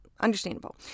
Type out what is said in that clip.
Understandable